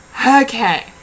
Okay